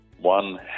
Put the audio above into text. one